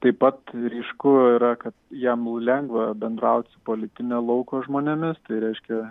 taip pat ryšku yra kad jam lengva bendraut politinio lauko žmonėmis tai reiškia